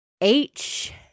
H-